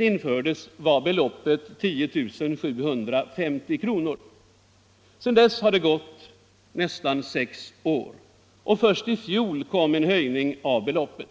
infördes 1969 var stipendiebeloppet 10 750 kr. Sedan dess har det gått nästan sex år, och först i fjol höjdes beloppet.